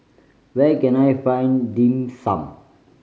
where can I find Dim Sum